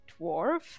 Dwarf